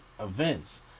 events